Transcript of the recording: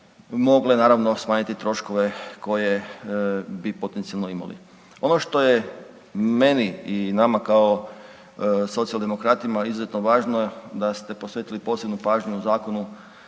mogle naravno smanjiti troškove koje bi potencijalno imali. Ono što je meni i nama kao socijaldemokratima izuzetno važno da ste posvetili posebnu pažnju Zakonu